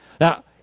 Now